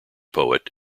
poet